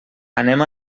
anem